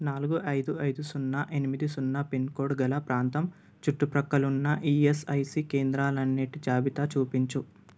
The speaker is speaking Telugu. నాలుగు ఐదు ఐదు సున్న ఎనిమిది సున్న పిన్కోడ్ గల ప్రాంతం చుట్టుప్రక్కలున్న ఈఎస్ఐసి కేంద్రాలన్నిటి జాబితా చూపించు